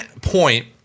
point